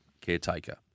caretaker